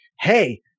Hey